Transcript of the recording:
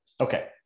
Okay